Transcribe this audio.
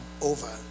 over